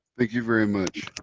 thank you very much.